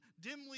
dimly